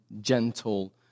gentle